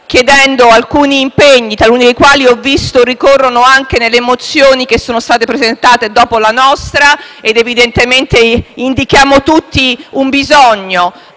chiedendo alcuni impegni, taluni dei quali ho visto che ricorrono anche nelle mozioni che sono state presentate dopo la nostra. Evidentemente indichiamo tutti un bisogno,